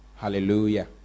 hallelujah